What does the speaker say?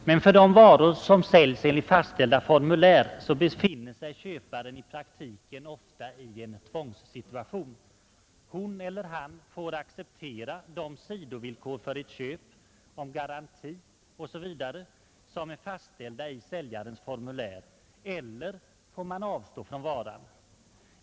Men för de varor som säljs enligt fastställda formulär befinner sig köparen i praktiken ofta i en tvångssituation: hon eller han får acceptera de sidovillkor för ett köp om garanti m.m., som är fastställda i säljarens formulär — eller får man avstå från varan.